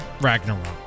Ragnarok